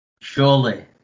surely